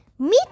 Meet